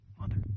mother